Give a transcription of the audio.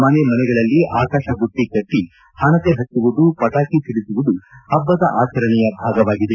ಮನೆ ಮನೆಗಳಲ್ಲಿ ಆಕಾಶ ಬುಟ್ಟಿ ಕಟ್ಟಿ ಹಣತೆ ಪಚ್ಚುವುದು ಪಟಾಕಿ ಸಿಡಿಸುವುದು ಪಬ್ಬದ ಆಚರಣೆಯ ಭಾಗವಾಗಿದೆ